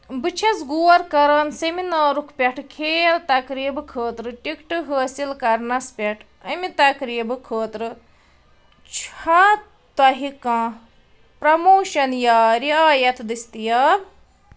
بہٕ چھَس غور کران سیٚمِنارُک پٮ۪ٹھٕ کھیل تقریٖبہٕ خٲطرٕ ٹِکٹہٕ حٲصل کَرنَس پٮ۪ٹھ اَمہِ تقریٖبٕہ خٲطرٕ چھےٚ تۄہہِ کانٛہہ پرٛموشَن یا رِعایت دٔستیاب